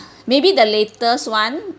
maybe the latest [one]